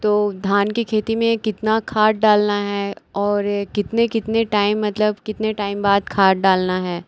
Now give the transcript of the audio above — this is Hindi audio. तो धान की खेती में कितना खाद डालना है और यह कितने कितने टाइम मतलब कितने टाइम बाद खाद डालना है